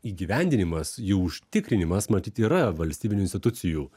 įgyvendinimas jų užtikrinimas matyt yra valstybinių institucijų